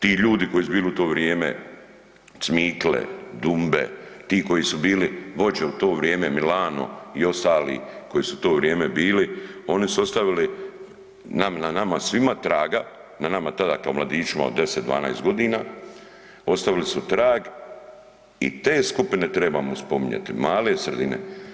Ti ljudi koji su bili u to vrijeme, Cmikle, Dumbe, ti koji su bili vođe u to vrijeme, Milano i ostali koji su u to vrijeme bili, oni su ostavili na nama svima traga, na nama tada kao mladićima od 10, 12 g., ostavili su trag i te skupine trebamo spominjati, male sredine.